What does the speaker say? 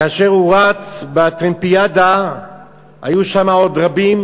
כאשר הוא רץ בטרמפיאדה היו שם עוד רבים,